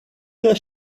does